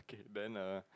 then err